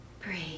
Breathe